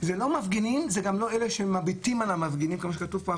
זה לא מפגינים זה גם לא אלה שמביטים על המפגינים כמו שכתוב פה,